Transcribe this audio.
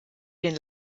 den